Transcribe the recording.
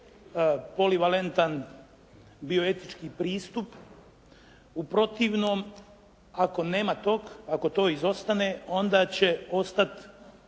polivalentan bioetički pristup. U protivnom ako nema tog, ako to izostane onda će ostati